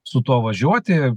su tuo važiuoti